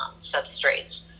substrates